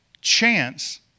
chance